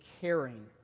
caring